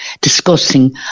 discussing